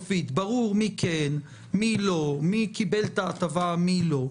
ברור מי כן, מי לא, מי קיבל את ההטבה, מי לא,